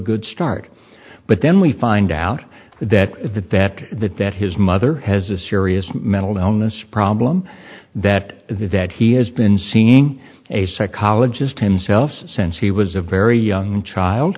good start but then we find out that that that that that his mother has a serious mental illness problem that that he has been seeing a psychologist himself since he was a very young child